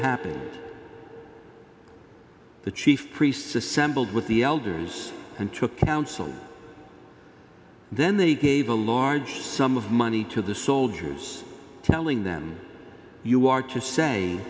happened the chief priests assembled with the elders and took counsel then they gave a large sum of money to the soldiers telling them you are to say